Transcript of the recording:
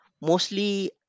mostly